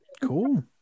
Cool